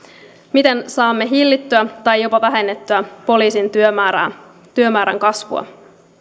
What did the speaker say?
miten saamme hillittyä tai jopa vähennettyä poliisin työmäärän työmäärän kasvua